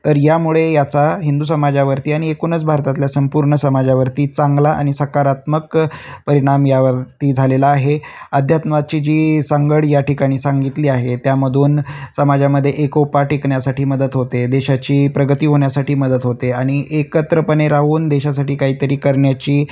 तर यामुळे याचा हिंदू समाजावरती आणि एकूणच भारतातल्या संपूर्ण समाजावरती चांगला आणि सकारात्मक परिणाम यावरती झालेला आहे अध्यात्माची जी सांगड या ठिकाणी सांगितली आहे त्यामधून समाजामध्ये एकोपा टिकण्यासाठी मदत होते देशाची प्रगती होण्यासाठी मदत होते आणि एकत्रपणे राहून देशासाठी काहीतरी करण्याची